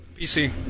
PC